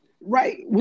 Right